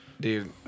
Dude